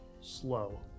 slow